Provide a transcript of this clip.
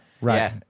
Right